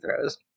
throws